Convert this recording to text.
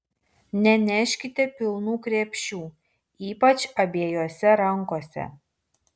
neneškite pilnų krepšių ypač abiejose rankose